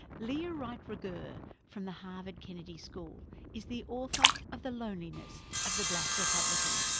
leah wright rigueur from the harvard kennedy school is the author of the loneliness of the black republican.